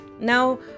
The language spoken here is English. Now